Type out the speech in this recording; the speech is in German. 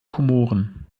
komoren